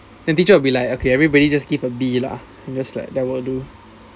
the teacher will be like okay everybody just give a b lah just like that will do